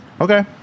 Okay